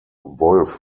wolf